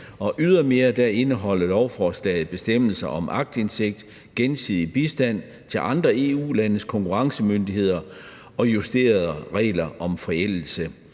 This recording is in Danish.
og ydermere indeholder lovforslaget bestemmelser om aktindsigt, gensidig bistand til andre EU-landes konkurrencemyndigheder og justerede regler om forældelse.